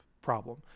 problem